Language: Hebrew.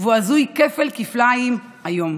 והוא הזוי כפל-כפליים היום.